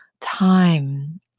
time